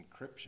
encryption